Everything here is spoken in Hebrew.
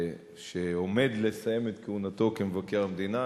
שעומד לסיים את כהונתו כמבקר המדינה.